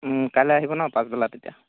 ওম কাইলৈ আহিব ন' পাচবেলা তেতিয়া